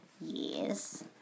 yes